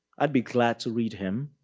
i'd be glad to read him.